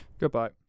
Goodbye